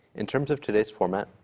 in terms of today's format,